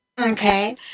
Okay